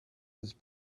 his